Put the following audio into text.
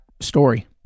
story